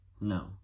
No